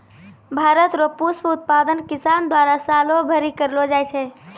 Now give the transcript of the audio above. भारत रो पुष्प उत्पादन किसान द्वारा सालो भरी करलो जाय छै